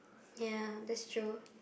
ya that's true